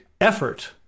effort